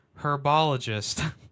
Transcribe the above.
herbologist